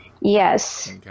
Yes